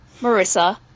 Marissa